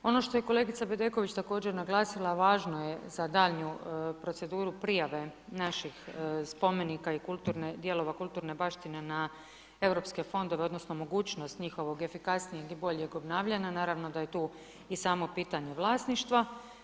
Ono što je kolegica Bedeković također naglasila a važno je za daljnju proceduru prijave naših spomenika i dijelova kulturne baštine na europske fondove odnosno mogućnost njihovog efikasnijeg i boljeg obnavljanja naravno da je tu i samo pitanje vlasništva.